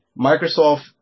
Microsoft